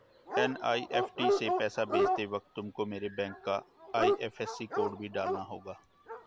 NEFT से पैसा भेजते वक्त तुमको मेरे बैंक का आई.एफ.एस.सी कोड भी डालना होगा